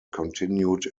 continued